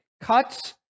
cuts